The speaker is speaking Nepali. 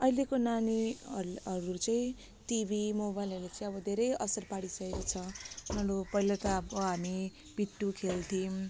अहिलेको नानीहरूले हरू चाहिँ टिभी मोबाइलहरू चाहिँ अब धेरै असर पारिसकेको छ ल लो पहिला त अब हामी पिट्ठु खेल्थ्यौं